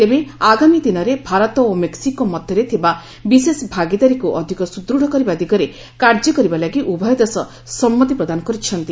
ତେବେ ଆଗାମୀ ଦିନରେ ଭାରତ ଓ ମେକ୍ସିକୋ ମଧ୍ୟରେ ଥିବା ବିଶେଷ ଭାଗିଦାରୀକୁ ଅଧିକ ସୁଦୃଢ଼ କରିବା ଦିଗରେ କାର୍ଯ୍ୟ କରିବାଲାଗି ଉଭୟ ଦେଶ ସମ୍ମତି ପ୍ରଦାନ କରିଛନ୍ତି